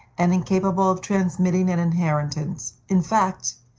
and incapable of transmitting an inheritance. in fact,